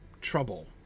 trouble